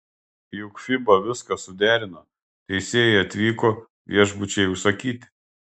juk fiba viską suderino teisėjai atvyko viešbučiai užsakyti